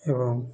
ଏବଂ